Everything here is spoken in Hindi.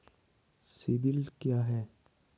सिबिल क्या है?